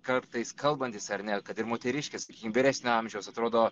kartais kalbantis ar ne kad ir moteriškės vyresnio amžiaus atrodo